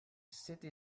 city